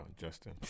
Justin